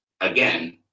again